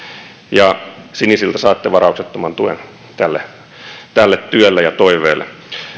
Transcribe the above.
ja sinisiltä saatte varauksettoman tuen tälle tälle työlle ja toiveelle